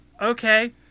okay